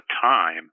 time